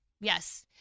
Yes